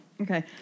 Okay